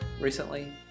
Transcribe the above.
recently